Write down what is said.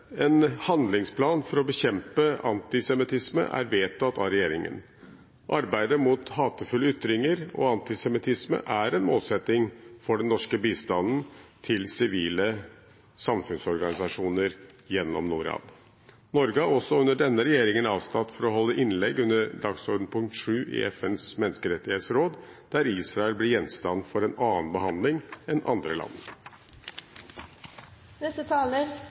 En handlingsplan for å bekjempe antisemittisme er vedtatt av regjeringen. Arbeidet mot hatefulle ytringer og antisemittisme er en målsetting for den norske bistanden til sivile samfunnsorganisasjoner gjennom Norad. Norge har også under denne regjeringen avstått fra å holde innlegg under dagsorden pkt. 7 i FNs menneskerettighetsråd, der Israel blir gjenstand for en annen behandling enn andre